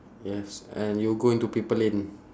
yes and you go into people lane